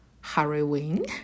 Halloween